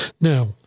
Now